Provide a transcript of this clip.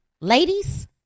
ladies